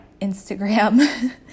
Instagram